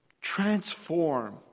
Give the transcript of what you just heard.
transform